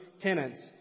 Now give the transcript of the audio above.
tenants